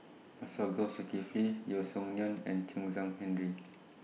Masagos Zulkifli Yeo Song Nian and Chen Zhan Henri